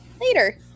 later